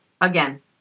Again